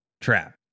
trap